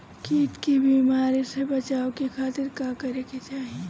कीट के बीमारी से बचाव के खातिर का करे के चाही?